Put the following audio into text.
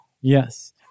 Yes